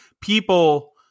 people